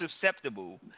susceptible